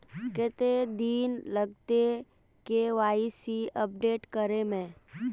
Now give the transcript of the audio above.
कते दिन लगते के.वाई.सी अपडेट करे में?